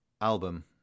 album